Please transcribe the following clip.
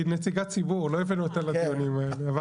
היא נציגת ציבור, לא הבאנו אותה לדיונים האלה.